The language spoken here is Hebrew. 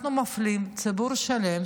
אנחנו מפלים ציבור שלם,